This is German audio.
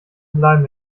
bleiben